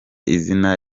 izina